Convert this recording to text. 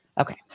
Okay